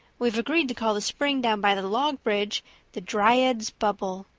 we have agreed to call the spring down by the log bridge the dryad's bubble.